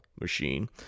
machine